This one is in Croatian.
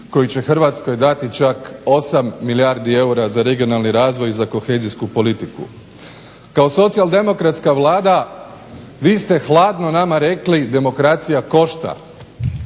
koji će Hrvatskoj dati čak 8 milijardi eura za regionalni razvoj za kohezijsku politiku. Kao socijaldemokratska Vlada vi ste nama hladno rekli, demokracija košta,